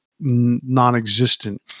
Non-existent